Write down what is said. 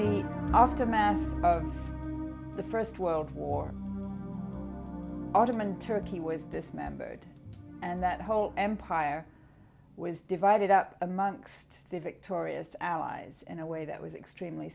the aftermath of the first world war ottoman turkey was dismembered and that whole empire was divided up amongst the victorious allies in a way that was extremely